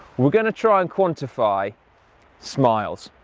we're gonna try and quantify smiles.